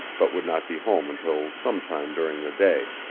but would not be home until some time during the day.